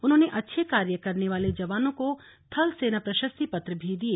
उन्होंने अच्छे कार्य करने वाले जवानों को थल सेना प्रशस्ति पत्र भी दिए